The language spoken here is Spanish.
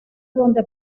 donde